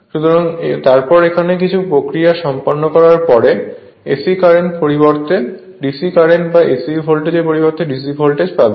সুতরাং তারপর এখানে কিছু প্রক্রিয়া সম্পন্ন করার পরে AC কারেন্টের পরিবর্তে DC কারেন্ট বা AC ভোল্টেজ এর পরিবর্তে DC ভোল্টেজ পাবে